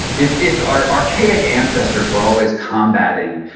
if if our archaic ancestors were always combating